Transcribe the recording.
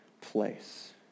place